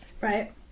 Right